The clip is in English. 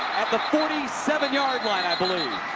at the forty seven yard line.